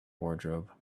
wardrobe